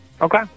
Okay